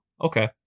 Okay